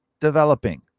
developing